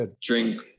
drink